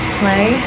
play